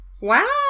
Wow